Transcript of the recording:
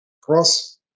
cross